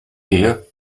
here